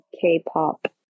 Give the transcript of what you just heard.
K-pop